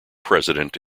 president